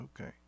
Okay